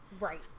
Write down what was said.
Right